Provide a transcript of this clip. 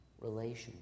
relationship